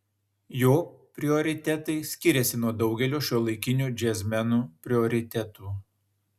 jo prioritetai skiriasi nuo daugelio šiuolaikinių džiazmenų prioritetų